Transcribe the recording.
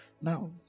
Now